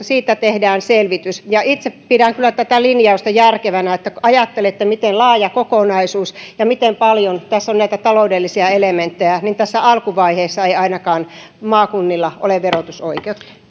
siitä tehdään selvitys itse pidän kyllä tätä linjausta järkevänä kun ajattelette miten laaja kokonaisuus on ja miten paljon tässä on näitä taloudellisia elementtejä niin tässä alkuvaiheessa ei ainakaan maakunnilla ole verotusoikeutta